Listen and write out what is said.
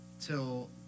till